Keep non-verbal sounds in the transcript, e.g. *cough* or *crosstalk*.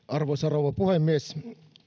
*unintelligible* arvoisa rouva puhemies